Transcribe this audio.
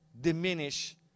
diminish